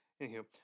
Anywho